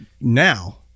Now